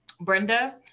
Brenda